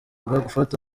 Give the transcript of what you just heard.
gufata